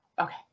okay